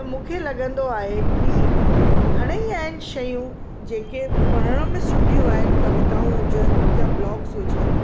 त मूंखे लॻंदो आहे की घणेई आहिनि शयूं जेके पढ़ण में सुठियूं आहिनि कविताऊं हुजनि या ब्लॉक्स हुजनि